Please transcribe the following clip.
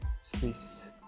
space